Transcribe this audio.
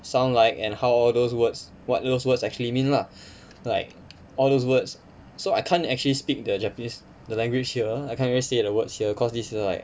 sound like and how those words what those words actually mean lah like all those words so I can't actually speak the japanese the language here I can't really say the words here cause this is like